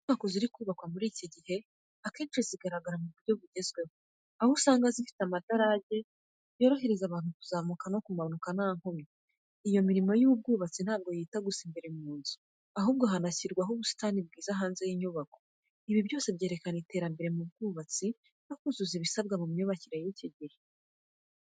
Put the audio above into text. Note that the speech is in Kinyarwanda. Inyubako ziri kubakwa muri iki gihe, akenshi zigaragara mu buryo bugezweho, aho usanga zifite amadarage yorohereza abantu kuzamuka no kumanuka nta nkomyi. Iyo mirimo y'ubwubatsi ntabwo yita gusa imbere mu nzu, ahubwo hanashyirwaho ubusitani bwiza hanze y'inyubako. Ibi byose byerekana iterambere mu bwubatsi no kuzuza ibisabwa mu myubakire y'iki gihe.